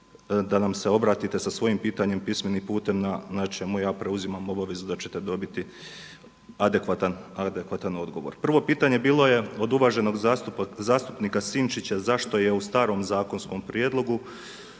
da nam se obratite sa svojim pitanjem pismenim putem na čemu ja preuzimam obavezu da ćete dobiti adekvatan odgovor. Prvo pitanje je bilo od uvaženog zastupnika Sinčića zašto je u starom zakonskom prijedlogu